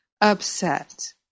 upset